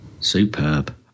Superb